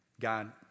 God